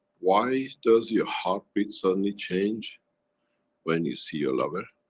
why does your heartbeat suddenly change when you see your lover?